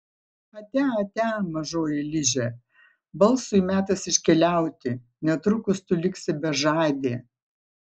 atia atia mažoji liže balsui metas iškeliauti netrukus tu liksi bežadė